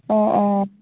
অঁ অঁ